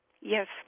Yes